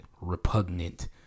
repugnant